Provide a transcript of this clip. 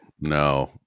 No